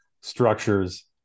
structures